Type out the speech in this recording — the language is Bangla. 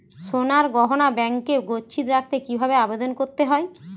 সোনার গহনা ব্যাংকে গচ্ছিত রাখতে কি ভাবে আবেদন করতে হয়?